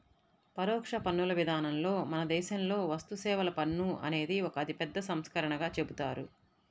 పరోక్ష పన్నుల విధానంలో మన దేశంలో వస్తుసేవల పన్ను అనేది ఒక అతిపెద్ద సంస్కరణగా చెబుతారు